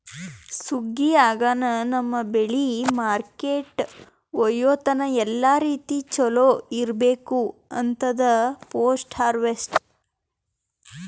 ಸುಗ್ಗಿ ಆಗನ ನಮ್ಮ್ ಬೆಳಿ ಮಾರ್ಕೆಟ್ಕ ಒಯ್ಯತನ ಎಲ್ಲಾ ರೀತಿ ಚೊಲೋ ಇರ್ಬೇಕು ಅಂತದ್ ಪೋಸ್ಟ್ ಹಾರ್ವೆಸ್ಟ್